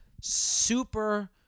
Super